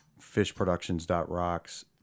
fishproductions.rocks